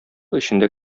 эчендә